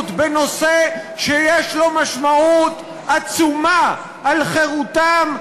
בנושא שיש לו משמעות עצומה לגבי חירותם,